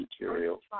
material